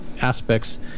aspects